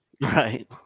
right